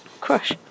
crush